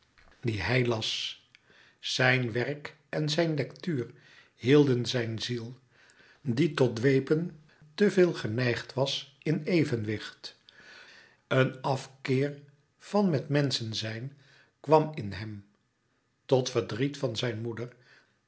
die hij las zijn werk en zijn lectuur hielden zijn ziel die tot dwepen te veel geneigd was in evenwicht een afkeer van met menschen zijn kwam in hem tot verdriet van zijn moeder